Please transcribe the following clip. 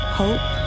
hope